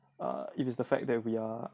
if it's the fact that we are